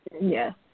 Yes